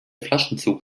flaschenzug